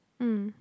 mm